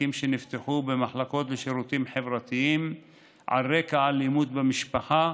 התיקים שנפתחו במחלקות לשירותים חברתיים על רקע אלימות במשפחה,